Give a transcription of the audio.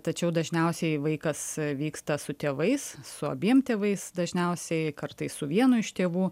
tačiau dažniausiai vaikas vyksta su tėvais su abiem tėvais dažniausiai kartais su vienu iš tėvų